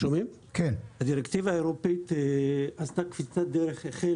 הדירקטיבה האירופאית עשתה קפיצת דרך החל